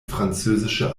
französische